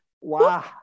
Wow